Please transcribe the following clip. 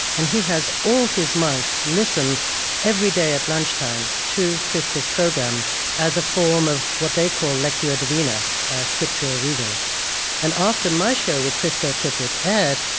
and he has all his monks listen every day at lunchtime to krista's program as a form of what they call lectio yeah divina, a scriptural reading and after my show with krista tippett aired,